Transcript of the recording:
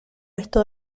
resto